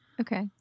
Okay